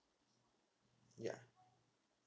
ya